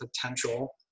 potential